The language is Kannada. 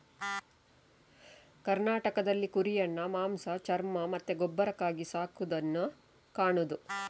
ಕರ್ನಾಟಕದಲ್ಲಿ ಕುರಿಯನ್ನ ಮಾಂಸ, ಚರ್ಮ ಮತ್ತೆ ಗೊಬ್ಬರಕ್ಕಾಗಿ ಸಾಕುದನ್ನ ಕಾಣುದು